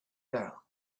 girl